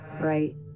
right